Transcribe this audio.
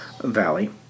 Valley